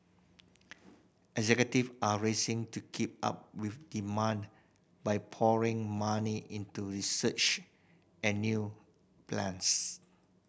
executive are racing to keep up with demand by pouring money into research and new plants